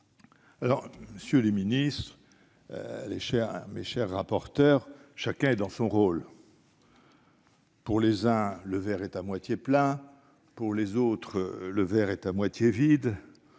lui-même. Ministres ou rapporteurs, chacun est dans son rôle. Pour les uns, le verre est à moitié plein ; pour les autres, il est à moitié vide.